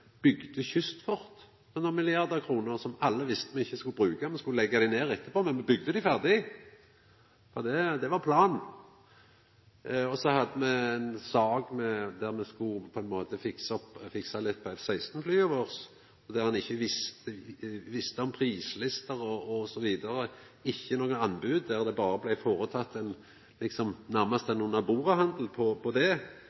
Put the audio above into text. bygde kystfort til nokre milliardar kroner, som alle visste at me ikkje skulle bruka. Me skulle leggja dei ned etterpå, men me bygde dei ferdig, for det var planen. Så hadde me ei sak der me skulle fiksa litt på F-16-flya våre, der ein ikkje visste om prislister osv. Det var ikkje noko anbod, det blei berre føreteke ein nærmast under-bordet-handel på 2,4 mrd. kr. Så hadde me eit rekneskapssystem som heitte Golf. Det kosta 1 mrd. kr, og det blei